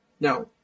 No